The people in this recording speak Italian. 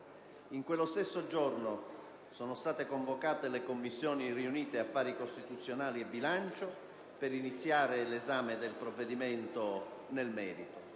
In quello stesso giorno sono state convocate le Commissioni riunite affari costituzionali e bilancio per iniziare l'esame del provvedimento nel merito.